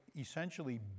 essentially